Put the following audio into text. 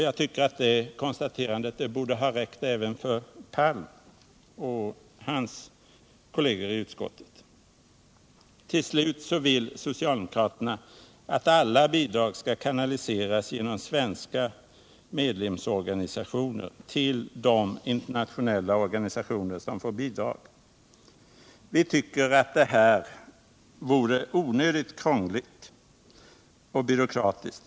Jag tycker att detta konstaterande borde ha räckt även för herr Palm och hans partikolleger i utskottet. Till slut vill socialdemokraterna att alla bidrag skall kanaliseras genom svenska medlemsorganisationer till de internationella organisationer som får bidrag. Vi tycker att detta vore onödigt krångligt och byråkratiskt.